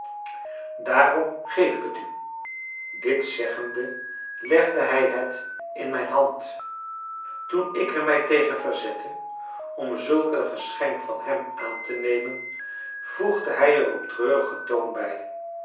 daarom geef ik het u dit zeggende legde hij het in mijn hand toen ik er mij tegen verzette om zulk een geschenk van hem aan te nemen voegde hij er op treurigen toon bij